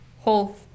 whole